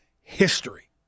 history